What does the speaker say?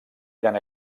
eren